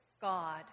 God